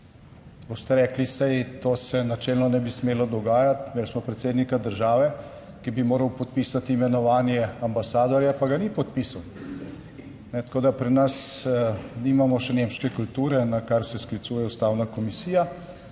Boste rekli, saj to se načelno ne bi smelo dogajati. Imeli smo predsednika države, ki bi moral podpisati imenovanje ambasadorja, pa ga ni podpisal. Tako, da pri nas nimamo še nemške kulture, na kar se sklicuje Ustavna komisija,